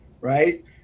right